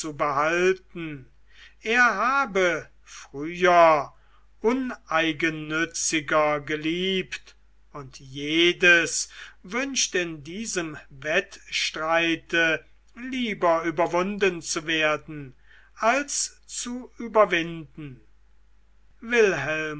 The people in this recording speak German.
behalten er habe früher uneigennütziger geliebt und jedes wünscht in diesem wettstreit lieber überwunden zu werden als zu überwinden wilhelm